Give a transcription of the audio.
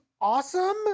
awesome